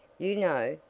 you know?